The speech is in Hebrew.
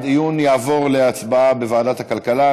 הדיון יעבור להצבעה בוועדת הכלכלה.